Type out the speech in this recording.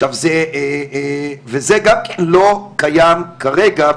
עכשיו זה גם לא קיים כרגע,